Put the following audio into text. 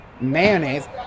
mayonnaise